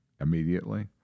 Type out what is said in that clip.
immediately